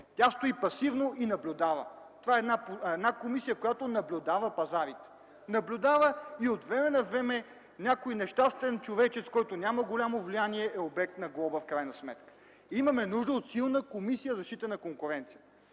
Тя стои пасивно и наблюдава. Това е една комисия, която наблюдава пазарите; наблюдава и отвреме навреме някой нещастен човечец, който няма голямо влияние, е обект на глоба в крайна сметка. Имаме нужда от силна Комисия за защита на конкуренцията.